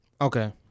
Okay